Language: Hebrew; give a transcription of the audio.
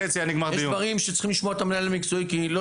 יש דברים שצריך לשמוע את המנהל המקצועי כי לא